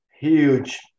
huge